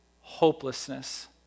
hopelessness